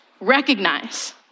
Recognize